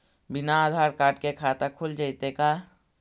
बिना आधार कार्ड के खाता खुल जइतै का?